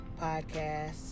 podcast